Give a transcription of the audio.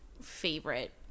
favorite